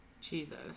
jesus